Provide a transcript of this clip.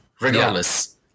regardless